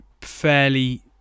fairly